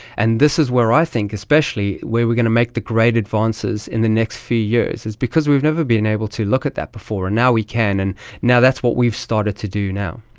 and this is where i think especially where we're going to make the great advances in the next few years is because we've never been able to look at that before, and now we can, and now that's what we've started to do now.